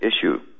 issue